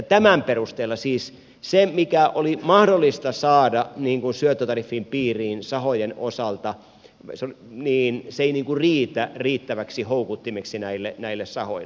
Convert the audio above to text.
tämän perusteella siis se mikä oli mahdollista saada syöttötariffin piiriin sahojen osalta ei riitä riittäväksi houkuttimeksi näille sahoille